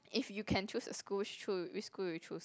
if you can choose a school sho~ which school will you choose